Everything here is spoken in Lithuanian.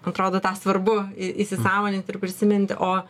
atrodo tą svarbu į įsisąmonint ir prisiminti o